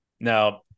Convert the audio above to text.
Now